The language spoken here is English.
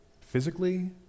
physically